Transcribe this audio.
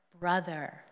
brother